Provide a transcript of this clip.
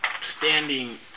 standing